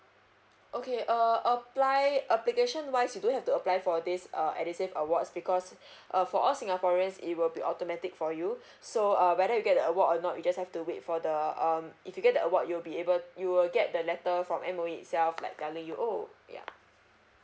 okay uh apply application wise you don't have to apply for this uh edusave awards because uh for all singaporeans it will be automatic for you so uh whether you get the award or not we just have to wait for the um if you get the award you'll be able uh you will get the letter from M_O_E itself like telling you oh yeah